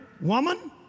Woman